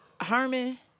Herman